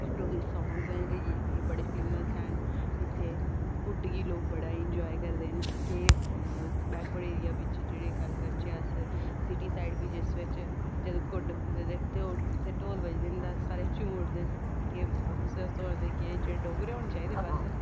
Dogri song न एह् बड़े फेमस हैन इत्थै कुड्ड गी लोग बड़ा एंजॉय करदे न कि बैकवर्ड एरिया बिच जेकर गल्ल करचै अस सिटी साईड बी जिस बिच ते जदूं कुड्ड उत्थै ढोल बज्जदे न ते सारे झूमी उठदे न केह् ऑफिसर होन डोगरे होने चाहिदे बस